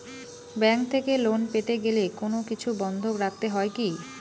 Bank থেকে loan পেতে গেলে কোনো কিছু বন্ধক রাখতে হয় কি?